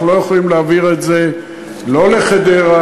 אנחנו לא יכולים להעביר את זה לא לחדרה,